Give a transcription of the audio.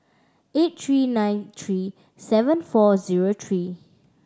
eight three nine three seven four zero three